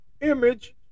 image